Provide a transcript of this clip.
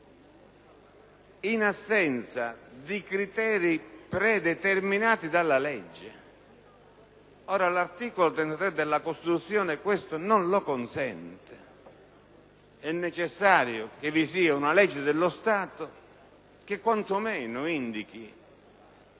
in assenza di criteri predeterminati dalla legge. Ora, l'articolo 33 della Costituzione questo non lo consente: è necessario che vi sia una legge dello Stato che quanto meno indichi